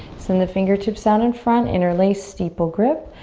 send the fingertips out in front. interlace steeple grip.